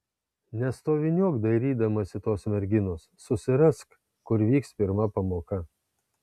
nestoviniuok dairydamasi tos merginos susirask kur vyks pirma pamoka